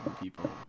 people